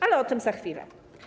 Ale o tym za chwilę.